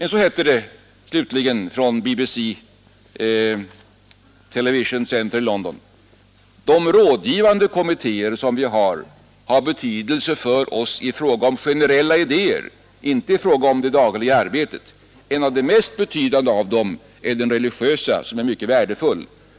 I yttrandet från BBC Television Centre står slutligen: ”De rådgivande kommittéer som vi har har betydelse för oss i fråga om generella idéer, inte i fråga om det dagliga arbetet. En av de mest betydande av dem är den religiösa som är mycket värdefull.